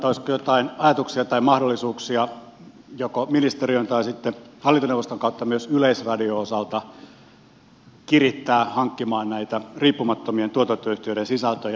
olisiko joitain ajatuksia tai mahdollisuuksia joko ministeriön tai sitten hallintoneuvoston kautta myös yleisradion osalta kirittää hankkimaan näitä riippumattomien tuotantoyhtiöiden sisältöjä